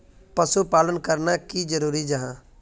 पशुपालन करना की जरूरी जाहा?